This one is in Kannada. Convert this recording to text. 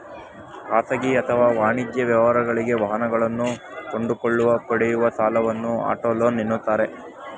ಖಾಸಗಿ ಅಥವಾ ವಾಣಿಜ್ಯ ವ್ಯವಹಾರಗಳಿಗಾಗಿ ವಾಹನಗಳನ್ನು ಕೊಂಡುಕೊಳ್ಳಲು ಪಡೆಯುವ ಸಾಲವನ್ನು ಆಟೋ ಲೋನ್ ಎನ್ನುತ್ತಾರೆ